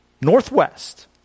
northwest